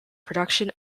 production